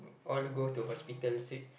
all you go to hospital see